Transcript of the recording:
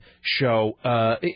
show